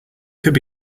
could